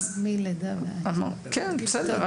בסדר,